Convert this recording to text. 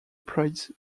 praise